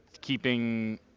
keeping –